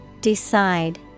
decide